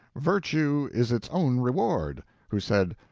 virtue is its own reward who said,